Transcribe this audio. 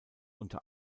unter